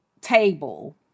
table